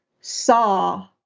saw